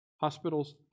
Hospitals